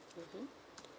mmhmm